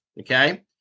okay